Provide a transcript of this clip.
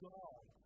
God